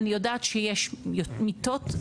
אני יודעת שיש מיטות.